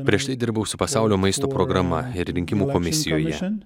prieš tai dirbau su pasaulio maisto programa ir rinkimų komisijoje